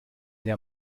der